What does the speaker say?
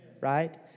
right